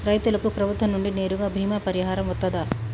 రైతులకు ప్రభుత్వం నుండి నేరుగా బీమా పరిహారం వత్తదా?